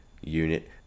unit